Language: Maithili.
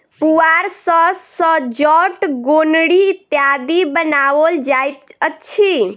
पुआर सॅ सजौट, गोनरि इत्यादि बनाओल जाइत अछि